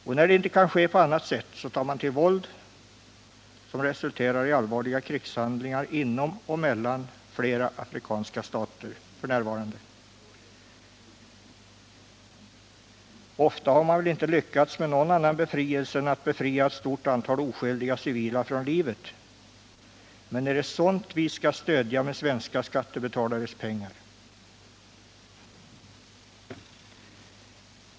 När inte det kan ske på annat sätt tar man till våld, vilket resulterat i att allvarliga krigshandlingar f.n. förekommer inom och mellan flera afrikanska stater. Ofta har man väl inte lyckats med någon annan befrielse än att ”befria” ett stort antal oskyldiga civila från livet. Är det sådant vi skall stödja med svenska skattebetalares pengar?